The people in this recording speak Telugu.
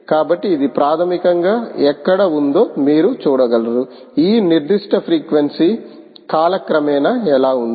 కాబట్టి ఇది ప్రాథమికంగా ఎక్కడ ఉందో మీరు చూడగలరు ఈ నిర్దిష్ట ఫ్రీక్వెన్సీ కాలక్రమేణా ఎలా ఉంది